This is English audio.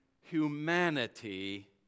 humanity